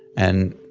and,